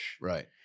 Right